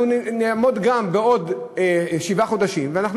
אנחנו נעמוד גם בעוד שבעה חודשים ואנחנו